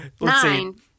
nine